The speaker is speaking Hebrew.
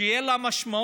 שתהיה לה משמעות,